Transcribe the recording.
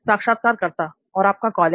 साक्षात्कारकर्ता और आपका कॉलेज